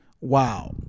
Wow